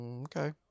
Okay